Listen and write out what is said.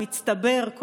מצטבר,